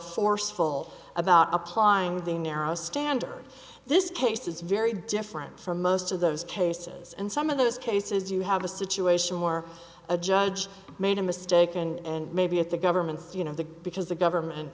forceful about applying the narrow standard this case is very different from most of those cases and some of those cases you have a situation where a judge made a mistake and maybe at the government's you know that because the government